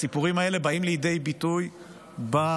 הסיפורים האלה באים לידי ביטוי במוזיאון,